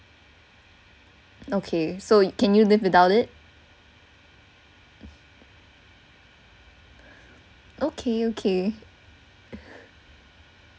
okay so can you live without it okay okay